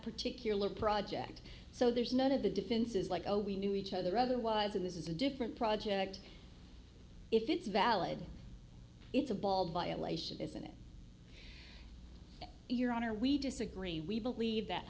particular project so there's none of the defenses like oh we knew each other otherwise in this is a different project if it's valid it's a ball violation isn't it your honor we disagree we believe that